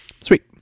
Sweet